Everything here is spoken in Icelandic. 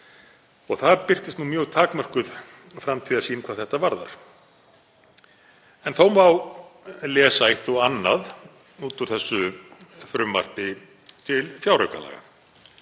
og þar birtist nú mjög takmörkuð framtíðarsýn hvað þetta varðar. Þó má lesa eitt og annað út úr þessu frumvarpi til fjáraukalaga.